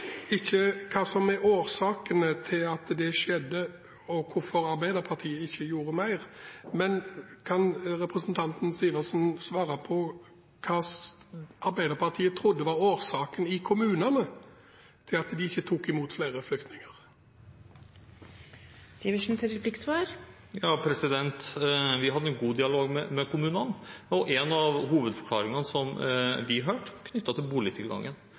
ikke om hva som var årsakene til at dette skjedde, og hvorfor Arbeiderpartiet ikke gjorde mer, men om representanten Sivertsen kan svare på hva Arbeiderpartiet tror var årsaken til at kommunene ikke tok imot flere flyktninger. Vi hadde en god dialog med kommunene, og en av hovedforklaringene som vi hørte, var knyttet til boligtilgangen.